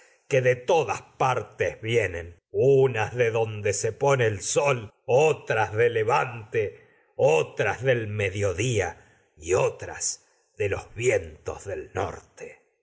que de todas partes vienen unas se pone otras el sol otras de levante los vientos del otras del mediodía y de norte